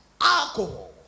alcohol